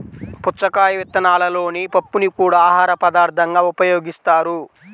పుచ్చకాయ విత్తనాలలోని పప్పుని కూడా ఆహారపదార్థంగా ఉపయోగిస్తారు